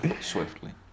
Swiftly